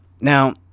Now